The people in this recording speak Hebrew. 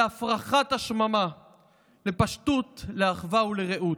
להפרחת השממה, לפשטות, לאחווה ולרעות.